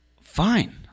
Fine